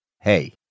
Hey